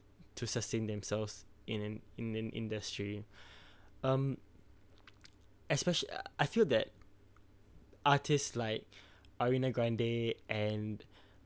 to sustain themselves in an in an industry um especial~ I feel that artist like ariana grande and